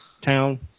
town